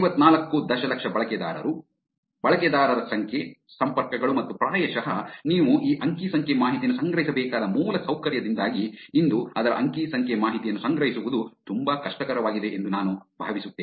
ಐವತ್ತ್ನಾಲ್ಕು ದಶಲಕ್ಷ ಬಳಕೆದಾರರು ಬಳಕೆದಾರರ ಸಂಖ್ಯೆ ಸಂಪರ್ಕಗಳು ಮತ್ತು ಪ್ರಾಯಶಃ ನೀವು ಈ ಅಂಕಿ ಸಂಖ್ಯೆ ಮಾಹಿತಿಯನ್ನು ಸಂಗ್ರಹಿಸಬೇಕಾದ ಮೂಲಸೌಕರ್ಯದಿಂದಾಗಿ ಇಂದು ಅದರ ಅಂಕಿ ಸಂಖ್ಯೆ ಮಾಹಿತಿಯನ್ನು ಸಂಗ್ರಹಿಸುವುದು ತುಂಬಾ ಕಷ್ಟಕರವಾಗಿದೆ ಎಂದು ನಾನು ಭಾವಿಸುತ್ತೇನೆ